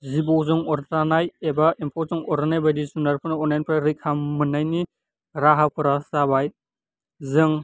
जिबौजों अरजानाय एबा एम्फौजों अरजानाय बायदि जुनारफोरनाव अरनायनिफ्राय रैखा मोननायनि राहाफोरा जाबाय जों